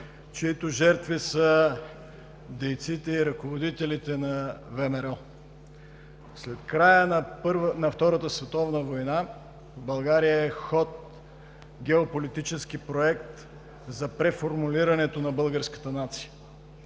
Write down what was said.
чиито жертви са дейците и ръководителите на ВМРО. „След края на Втората световна война в България е в ход геополитически проект за преформулирането на българската нация.